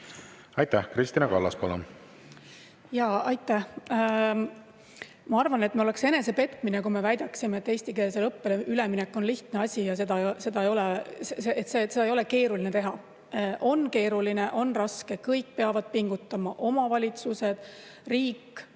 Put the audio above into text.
Aitäh! Kristina Kallas, palun! Aitäh! Ma arvan, et see oleks enesepetmine, kui me väidaksime, et eestikeelsele õppele üleminek on lihtne asi ja seda ei ole keeruline teha. On keeruline, on raske, kõik peavad pingutama: omavalitsused, riik,